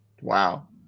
Wow